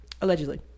Allegedly